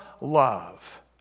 love